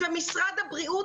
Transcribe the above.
משרד הבריאות,